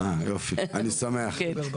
יופי, אני שמח.